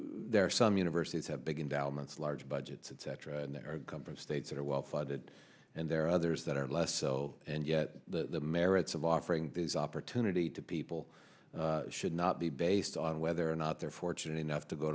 are some universities have big involvements large budget cetera and they come from states that are well funded and there are others that are less so and yet the merits of offering this opportunity to people should not be based on whether or not they're fortunate enough to go